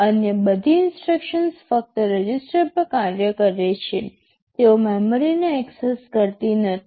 અન્ય બધી ઇન્સટ્રક્શન્સ ફક્ત રજિસ્ટર પર કાર્ય કરે છે તેઓ મેમરીને એક્સેસ કરતી નથી